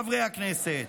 חברי הכנסת,